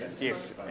yes